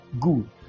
good